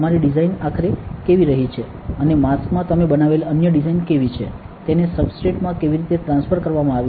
તમારી ડિઝાઇન આખરે કેવી રહી છે અને માસ્કમાં તમે બનાવેલી અન્ય ડિઝાઇન કેવી છે તેને સબસ્ટ્રેટ માં કેવી રીતે ટ્રાન્સફર કરવામાં આવી છે